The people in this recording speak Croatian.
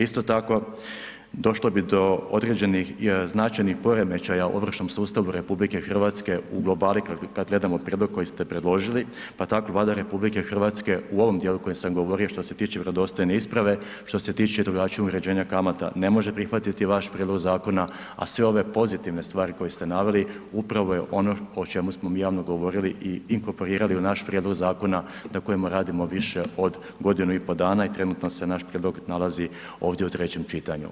Isto tako, došlo bi do određenih značajnih poremećaja u ovršnom sustavu RH u globali kad gledamo prijedlog koji ste predložili pa tako Vlada RH u ovom djelu koji sam govorio što se tiče vjerodostojne isprave, što se tiče drugačijeg uređenja kamata, ne može prihvatiti vaš prijedlog zakona a sve ove pozitivne stvari koje ste naveli, upravo je ono o čemu smo mi javno govorili i inkorporirali u naš prijedlog zakona na kojemu radimo više od godinu i pol dana i trenutno se naš prijedlog nalazi ovdje u trećem čitanju.